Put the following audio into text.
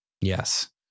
yes